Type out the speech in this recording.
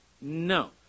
No